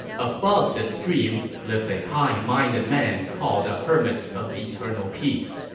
above this stream lives a high-minded man called the hermit of eternal peace.